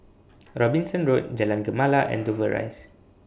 Robinson Road Jalan Gemala and Dover Rise